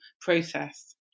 process